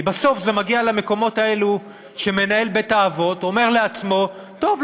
כי בסוף זה מגיע למקומות האלה שמנהל בית-האבות אומר לעצמו: טוב,